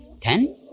Ten